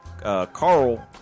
Carl